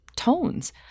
Tones